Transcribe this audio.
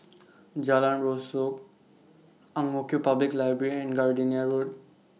Jalan Rasok Ang Mo Kio Public Library and Gardenia Road